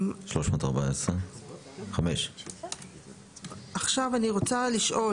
315. עכשיו אני רוצה לשאול.